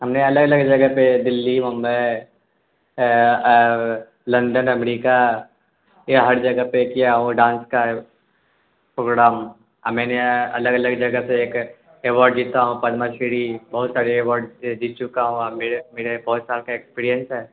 ہم نے الگ الگ جگہ پہ دہلی ممبئی لندن امریکہ یہ ہر جگہ پہ کیا ہوں ڈانس کا پروگرام اور میں نے الگ الگ جگہ پہ ایک ایوارڈ جیتا ہوں پدما شری بہت سارے ایوارڈ جیت چکا ہوں اور میرے میرے بہت سال کا ایکسپیریئنس ہے